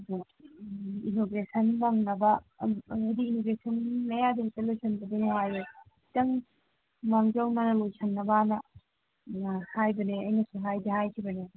ꯑꯗꯣ ꯏꯟꯅꯣꯒ꯭ꯔꯦꯁꯟ ꯅꯪꯅꯕ ꯍꯥꯏꯗꯤ ꯏꯟꯅꯣꯒ꯭ꯔꯦꯁꯟ ꯃꯌꯥꯗ ꯍꯦꯛꯇ ꯂꯣꯏꯁꯤꯟꯕꯁꯦ ꯅꯨꯡꯉꯥꯏꯔꯣꯏ ꯈꯤꯇꯪ ꯃꯥꯡꯖꯧꯅꯅ ꯂꯣꯏꯁꯤꯟꯅꯕꯅ ꯑꯥ ꯍꯥꯏꯕꯅꯦ ꯑꯩꯅꯁꯨ ꯍꯥꯏꯗꯤ ꯍꯥꯏꯈꯤꯕꯅꯦ